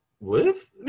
live